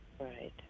Right